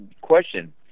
question